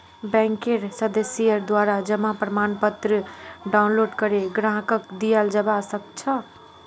बैंकेर सदस्येर द्वारा जमा प्रमाणपत्र डाउनलोड करे ग्राहकक दियाल जबा सक छह